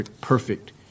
perfect